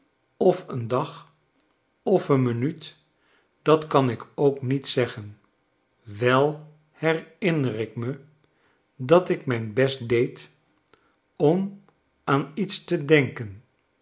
of een dag of een minuut dat kan ik ook niet zeggen wel herinner ik me dat ik mijn best deed om aan iets te denken